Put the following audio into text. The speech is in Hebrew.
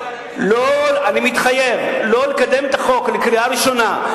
אני מתחייב לא לקדם את החוק לקריאה ראשונה,